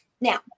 Now